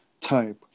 type